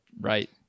Right